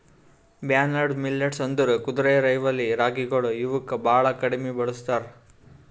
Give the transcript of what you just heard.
barnyard millet ಅಂದುರ್ ಕುದುರೆರೈವಲಿ ರಾಗಿಗೊಳ್ ಇವುಕ್ ಭಾಳ ಕಡಿಮಿ ಬೆಳುಸ್ತಾರ್